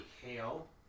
hail